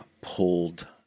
pulled